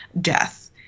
death